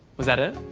was that it?